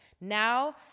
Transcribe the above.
Now